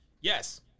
Yes